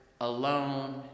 alone